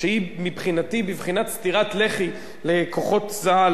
שהיא מבחינתי בבחינת סטירת לחי לכוחות צה"ל,